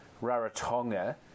Rarotonga